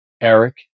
Eric